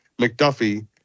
McDuffie